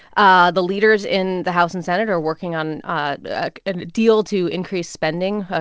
ah the leaders in the house and senate are working on a and deal to increase spending. ah